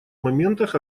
моментах